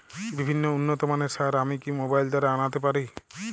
বিভিন্ন উন্নতমানের সার আমি কি মোবাইল দ্বারা আনাতে পারি?